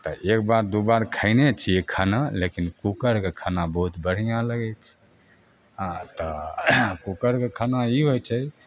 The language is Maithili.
तऽ एकबेर दुइ बेर खएने छिए खाना लेकिन कुकरके खाना बहुत बढ़िआँ लगै छै आओर तऽ कुकरके खाना ई होइ छै